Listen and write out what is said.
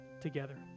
together